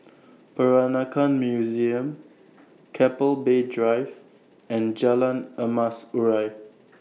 Peranakan Museum Keppel Bay Drive and Jalan Emas Urai